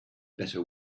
better